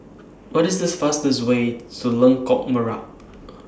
What IS The fastest Way to Lengkok Merak